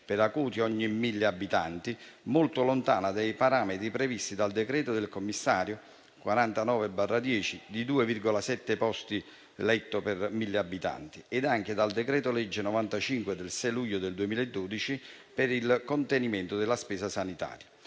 per acuti ogni 1.000 abitanti), molto lontana dai parametri previsti dal decreto del commissario n. 49 del 2010 (2,7 posti letto per 1.000 abitanti) e anche dal decreto-legge n. 95 del 6 luglio 2012 per il contenimento della spesa sanitaria